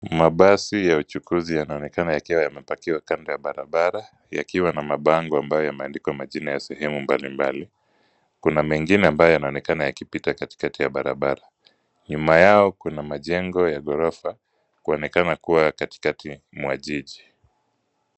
Mabasi ya uchukuzi yanaonekana yakiwa yamepakiwa kando ya barabara, yakiwa na mabango ambayo yameandikwa majina ya sehemu mbalimbali. Kuna mengine ambayo yanaonekana yakipita katikati ya barabara. Nyuma yao kuna majengo ya ghorofa kuonekana kuwa katikati mwa jiji.